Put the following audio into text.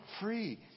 free